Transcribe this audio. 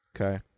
okay